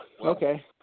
Okay